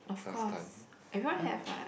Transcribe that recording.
last time ya